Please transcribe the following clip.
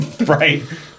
Right